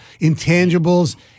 intangibles